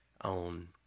on